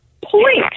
point